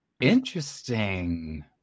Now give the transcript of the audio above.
Interesting